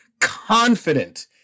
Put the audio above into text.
confident